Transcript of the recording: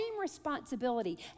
responsibility